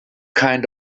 kind